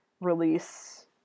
release